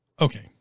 Okay